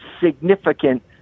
significant